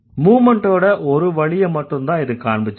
மூவ்மெண்டோட ஒரு வழிய மட்டுந்தான் இது காண்பிச்சிருக்கு